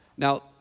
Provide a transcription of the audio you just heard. Now